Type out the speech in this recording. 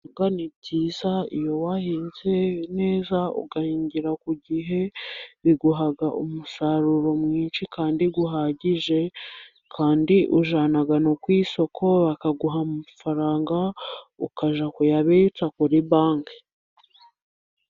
Ni byiza iyo wahinze neza, ugahingira ku gihe, biguha umusaruro mwinshi kandi uhagije, kandi ujyana no ku isoko, bakaguha amafaranga, ukajya kuyabitsa kuri banki.